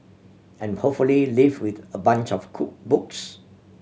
and hopefully leave with a bunch of cool books